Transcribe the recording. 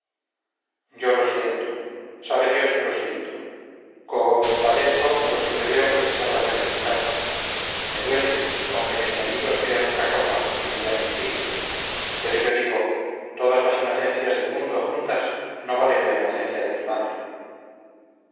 yo lo siento sabe dios que lo siento co mpadezco a los que me veo precisado a sacrificar me duele aunque mis enemigos crean otra cosa y me llamen tigre pero yo digo todas las inocencias del mundo juntas no valen la inocencia de mi madre